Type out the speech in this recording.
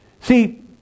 See